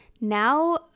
Now